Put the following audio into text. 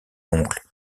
oncle